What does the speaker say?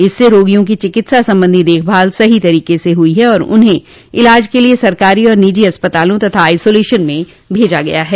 इससे रोगियों की चिकित्सा संबंधी देखभाल सही तरीके से हुई है और उन्हें इलाज के लिए सरकारी और निजी अस्पतालों तथा आइसोलेशन में भेजा गया है